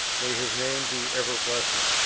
may his name be ever blessed!